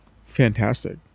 fantastic